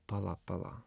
pala pala